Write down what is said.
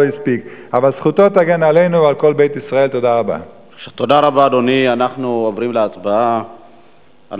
אולי אותנו זה מחייב חשבון